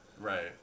right